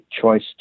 choice